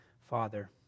Father